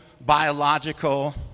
biological